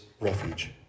refuge